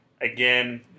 Again